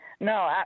No